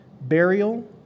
burial